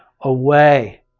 away